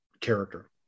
character